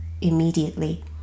immediately